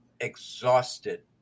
exhausted